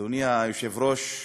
אדוני היושב-ראש,